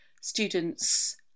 students